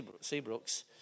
Seabrooks